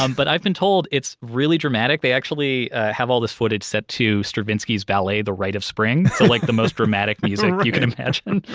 um but i've been told it's it's really dramatic. they actually have all this footage set to stravinsky's ballet, the rite of spring. that's like the most dramatic music you can imagine.